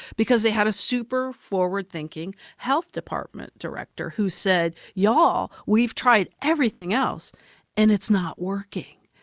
because they had a super forward-thinking health department director who said, y'all, we've tried everything else and it's not working.